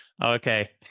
Okay